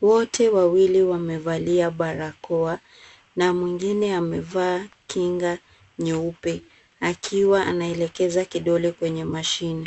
Wote wawili wamevalia barakoa na mwingine amevaa kinga nyeupe akiwa anaelekeza kidole kwenye mashine.